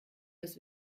das